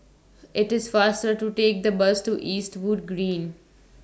IT IS faster to Take The Bus to Eastwood Green